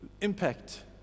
impact